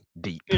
deep